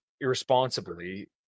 irresponsibly